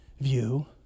view